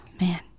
man